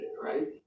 right